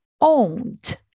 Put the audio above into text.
owned